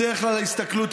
והסיטואציה